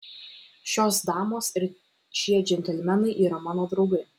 šios damos ir šie džentelmenai yra mano draugai